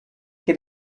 che